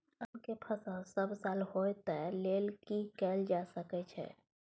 आम के फसल सब साल होय तै लेल की कैल जा सकै छै?